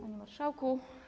Panie Marszałku!